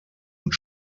und